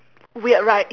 weird right